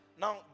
now